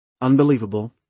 unbelievable